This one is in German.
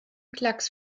klacks